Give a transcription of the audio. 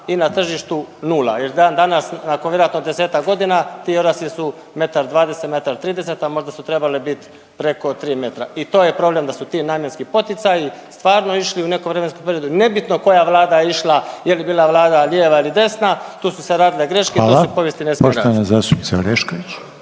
i na tržištu nula jer danas nakon vjerojatno 10-ak godina ti orasi su metar 20, metar 30, a možda su trebali biti preko 3 metra. I to je problem da su ti namjenski poticaji stvarno išli u nekom vremenskom periodu i nebitno koja je vlada išla je li bila vlada lijeva ili desna, tu su se radile greške i to se u povijesti ne smije raditi. **Reiner,